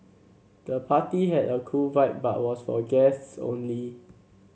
the party had a cool vibe but was for guests only